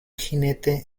jinete